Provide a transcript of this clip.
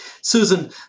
Susan